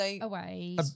away